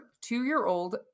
two-year-old